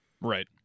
right